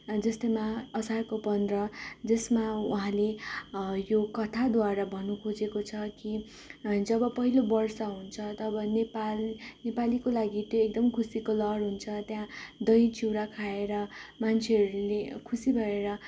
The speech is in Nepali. जस्तैमा असारको पन्ध्र जसमा उहाँले यो कथाद्वारा भन्नु खोजेको छ कि जब पहिलो बर्षा हुन्छ तब नेपाल नेपालीको लागि त्यो एकदम खुसीको लहर हुन्छ त्यहाँ दही चिउरा खाएर मान्छेहरूले खुसी गरेर